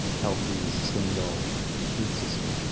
healthy, sustainable food system?